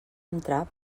entrar